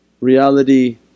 reality